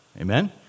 amen